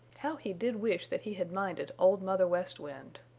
how he did wish that he had minded old mother west wind.